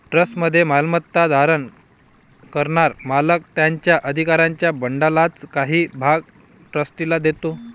ट्रस्टमध्ये मालमत्ता धारण करणारा मालक त्याच्या अधिकारांच्या बंडलचा काही भाग ट्रस्टीला देतो